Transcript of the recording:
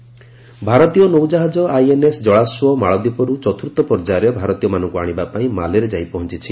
INS Jalashwa ଭାରତୀୟ ନୌଜାହାଜ INS Jalashwa ମାଳଦୀପରୁ ଚତୁର୍ଥ ପର୍ଯ୍ୟାୟରେ ଭାରତୀୟମାନଙ୍କୁ ଆଶିବା ପାଇଁ ମାଲେରେ ଯାଇ ପହଞ୍ଚିଛି